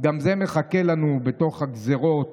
גם זה מחכה לנו בתוך הגזרות